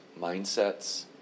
mindsets